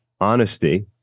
honesty